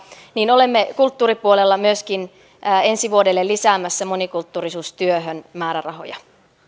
niin olemme kulttuuripuolella myöskin ensi vuodelle lisäämässä monikulttuurisuustyöhön määrärahoja